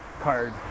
card